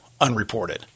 unreported